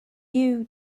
you